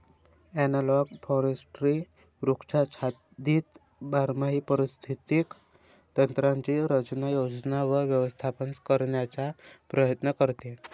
analogue forestry वृक्षाच्छादित बारमाही पारिस्थितिक तंत्रांची रचना, योजना व व्यवस्थापन करण्याचा प्रयत्न करते